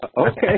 Okay